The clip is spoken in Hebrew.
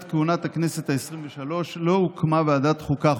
כהונת הכנסת העשרים-ושלוש לא הוקמה ועדת החוקה,